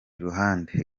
ruhande